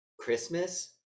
Christmas